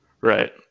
Right